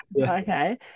okay